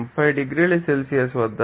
30 డిగ్రీల సెల్సియస్ వద్ద